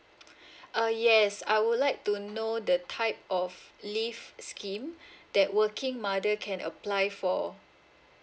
uh yes I would like to know the type of leave scheme that working mother can apply for